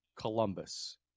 columbus